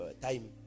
time